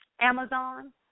Amazon